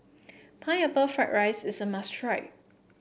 Pineapple Fried Rice is a must try